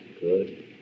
good